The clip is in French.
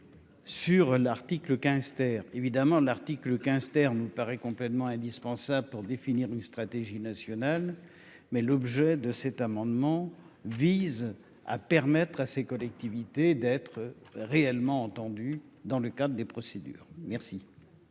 sur l'article 15 terre évidemment l'article 15 terre nous paraît complètement indispensable pour définir une stratégie nationale, mais l'objet de cet amendement vise à permettre à ces collectivités d'être réellement entendu dans le cadre des procédures merci.